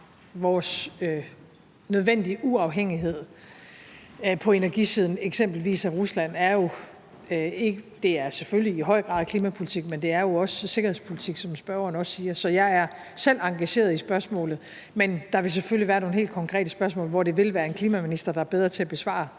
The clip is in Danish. vores nødvendige uafhængighed på energisiden af eksempelvis Rusland er selvfølgelig i høj grad klimapolitik, men det er jo også sikkerhedspolitik, som spørgeren også siger, så jeg er selv engageret i spørgsmålet. Men der vil selvfølgelig være nogle helt konkrete spørgsmål, hvor det vil være en klimaminister, der er bedre til at besvare